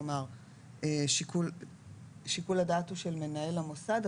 כלומר שיקול הדעת הוא של מנהל המוסד,